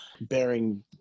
bearing